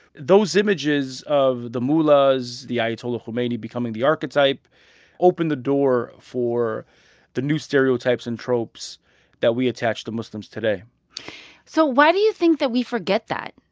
those images of the mullahs the ayatollah khomeini becoming the archetype opened the door for the new stereotypes and tropes that we attach to muslims today so why do you think that we forget that?